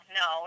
no